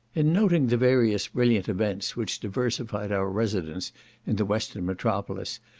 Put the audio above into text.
in noting the various brilliant events which diversified our residence in the western metropolis,